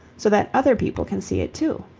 so that other people can see it too.